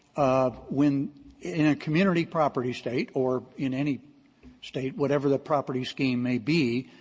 um when in a community property state or in any state, whatever the property scheme may be,